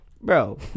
Bro